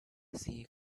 see